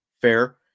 fair